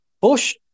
bush